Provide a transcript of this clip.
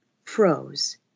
froze